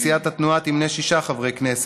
וסיעת התנועה תמנה שישה חברי כנסת.